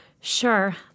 Sure